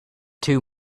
too